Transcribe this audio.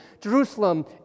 Jerusalem